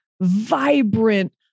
vibrant